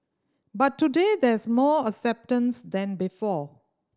but today there's more acceptance than before